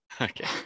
okay